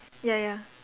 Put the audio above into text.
ya ya